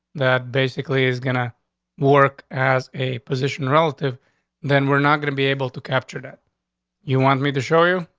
that basically is gonna work as a position relative than we're not gonna be able to capture that you want me to show you.